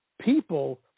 people